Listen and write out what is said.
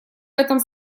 этом